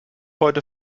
heute